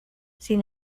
sin